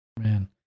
Man